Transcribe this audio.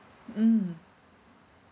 mmhmm